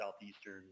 Southeastern